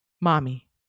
mommy